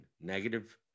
negative